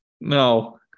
No